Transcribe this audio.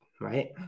right